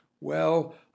Well